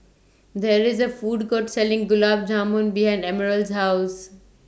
There IS A Food Court Selling Gulab Jamun behind Emerald's House